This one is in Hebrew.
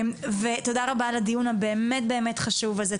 תודה רבה על הדיון הבאמת באמת חשוב הזה.